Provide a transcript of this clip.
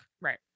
Right